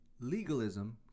Legalism